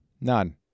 None